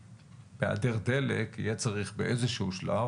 שהיעדר דלק יהיה צריך באיזה שהוא שלב,